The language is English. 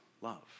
love